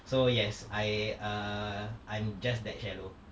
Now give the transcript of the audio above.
so yes I err I'm just that shallow